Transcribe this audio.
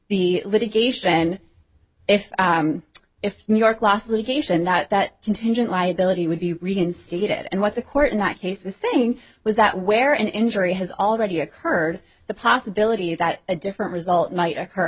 the litigation if if new york lost litigation that that contingent liability would be reinstated and what the court in that case was saying was that where an injury has already occurred the possibility that a different result might occur